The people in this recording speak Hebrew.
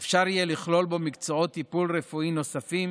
אפשר יהיה לכלול בו מקצועות טיפול רפואי נוספים